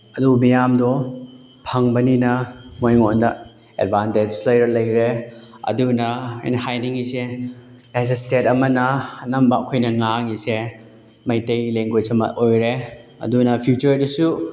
ꯑꯗꯨ ꯃꯌꯥꯝꯗꯣ ꯐꯪꯕꯅꯤꯅ ꯃꯣꯏꯉꯣꯟꯗ ꯑꯦꯗꯕꯥꯟꯇꯦꯖ ꯂꯩꯔ ꯂꯩꯔꯦ ꯑꯗꯨꯅ ꯑꯩꯅ ꯍꯥꯏꯅꯤꯡꯂꯤꯁꯦ ꯑꯦꯁ ꯑꯦ ꯏꯁꯇꯦꯠ ꯑꯃꯅ ꯑꯅꯝꯕ ꯑꯩꯈꯣꯏꯅ ꯉꯥꯡꯂꯤꯁꯦ ꯃꯩꯇꯩ ꯂꯦꯡꯒꯣꯏꯁ ꯑꯃ ꯑꯣꯏꯔꯦ ꯑꯗꯨꯅ ꯐ꯭ꯌꯨꯆꯔꯗꯁꯨ